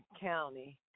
County